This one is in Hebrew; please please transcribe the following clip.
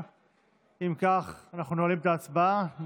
אם כך, אנחנו נועלים את ההצבעה.